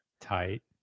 tight